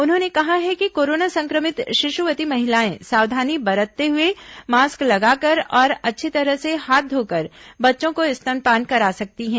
उन्होंने कहा है कि कोरोना संक्रमित शिश्ववती महिलाएं सावधानी बरतते हुए मास्क लगाकर और अच्छी तरह हाथ धोकर बच्चों को स्तनपान करा सकती हैं